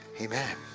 Amen